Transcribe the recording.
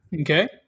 Okay